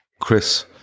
Chris